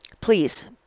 please